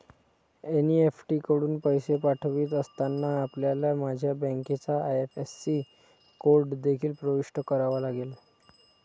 NEFT कडून पैसे पाठवित असताना, आपल्याला माझ्या बँकेचा आई.एफ.एस.सी कोड देखील प्रविष्ट करावा लागेल